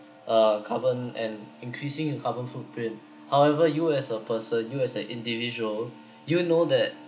uh carbon and increasing your carbon footprint however you as a person you as an individual you know that